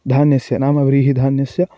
धान्यस्य नाम व्रीहिधान्यस्य